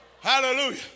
Hallelujah